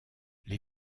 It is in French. les